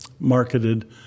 marketed